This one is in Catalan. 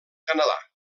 canadà